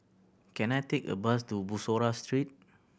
can I take a bus to Bussorah Street